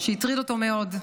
שהטריד אותו מאוד,